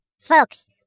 Folks